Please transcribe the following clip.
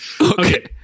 Okay